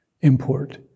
import